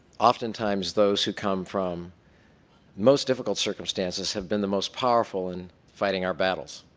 oftentimes those who come from most difficult circumstances have been the most powerful in fighting our battles.